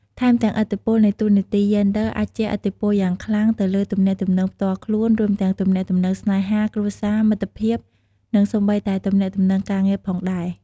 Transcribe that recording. ថែមទាំងឥទ្ធិពលនៃតួនាទីយេនឌ័រអាចជះឥទ្ធិពលយ៉ាងខ្លាំងទៅលើទំនាក់ទំនងផ្ទាល់ខ្លួន រួមទាំងទំនាក់ទំនងស្នេហា គ្រួសារ មិត្តភាព និងសូម្បីតែទំនាក់ទំនងការងារផងដែរ។